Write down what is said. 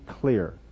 clear